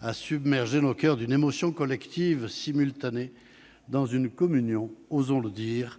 a submergé nos coeurs d'une émotion collective simultanée, dans une communion- osons le dire